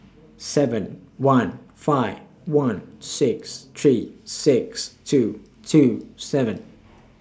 seven one five one six three six two two seven